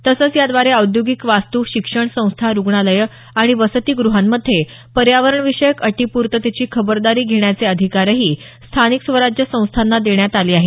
तसंच याद्वारे औद्योगिक वास्तू शिक्षणसंस्था रुग्णालयं आणि वसतीग्रहांमधे पर्यावरणविषयक अटी पूर्ततेची खबरदारी घेण्याचे अधिकारही स्थानिक स्वराज्य संस्थांना देण्यात आले आहेत